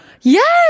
yes